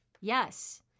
Yes